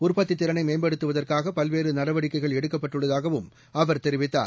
உற்பத்தித் திறனைமேம்படுத்துவதற்காகபல்வேறுநடவடிக்கைகள் எடுக்கப்பட்டுள்ளதாகவும் அவர் தெரிவித்தார்